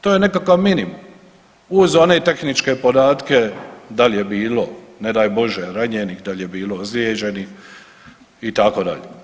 To je nekakav minimum uz one tehničke podatke, da li je bilo, ne daj Bože, ranjenih, da li je bilo ozlijeđenih, itd.